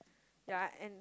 ya and